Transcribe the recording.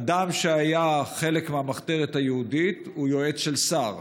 אדם שהיה חלק מהמחתרת היהודית הוא יועץ של שר,